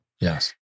Yes